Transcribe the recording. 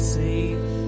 safe